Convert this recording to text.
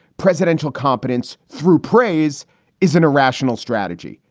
presidential competence through praise isn't a rational strategy.